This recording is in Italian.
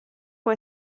può